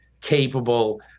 capable